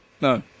No